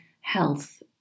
health